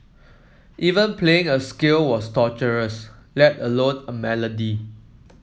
even playing a scale was torturous let alone a melody